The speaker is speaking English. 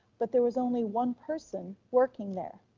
but there was only one person working there.